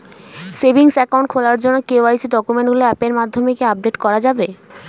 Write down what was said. Savings account খোলার জন্য KYC ডকুমেন্টগুলো অ্যাপের মাধ্যমে কি আপডেট করা যাবে?